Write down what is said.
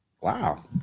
Wow